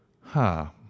ha